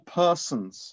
persons